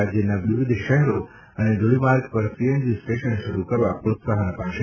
રાજ્યના વિવિધ શહેરો અને ધોરીમાર્ગ પર સીએનજી સ્ટેશન શરૂ કરવા પ્રોત્સાહન અપાશે